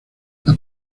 las